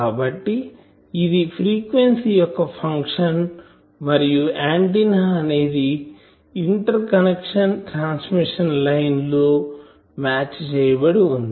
కాబట్టి ఇది ఫ్రీక్వెన్సీ యొక్క ఫంక్షన్ మరియు ఆంటిన్నా అనేది ఇంటర్కనెక్షన్ ట్రాన్స్మిషన్ లైన్ తో మ్యాచ్ చేయబడి వుంది